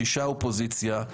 שישה אופוזיציה,